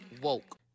woke